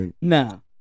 No